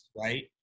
right